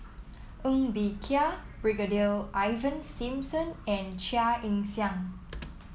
Ng Bee Kia Brigadier Ivan Simson and Chia Ann Siang